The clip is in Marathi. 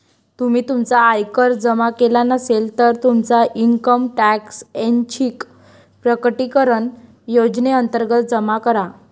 तुम्ही तुमचा आयकर जमा केला नसेल, तर तुमचा इन्कम टॅक्स ऐच्छिक प्रकटीकरण योजनेअंतर्गत जमा करा